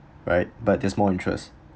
right but there's more interest